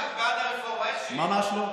בעד הרפורמה, ממש לא.